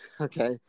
okay